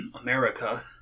america